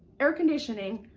air-conditioning,